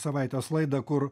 savaitės laidą kur